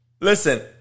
Listen